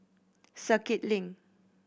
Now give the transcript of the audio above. Circuit Link